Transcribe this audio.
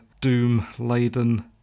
doom-laden